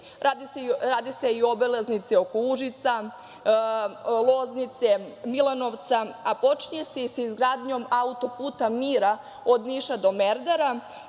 se i obilaznice oko Užica, Loznice, Milanovca, a počinje se i sa izgradnjom „Autoputa mira“ od Niša do Merdara